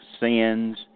sins